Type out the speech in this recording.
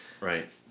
Right